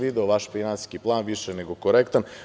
Video sam vaš finansijski plan, više nego korektan.